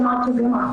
כמעט 70%,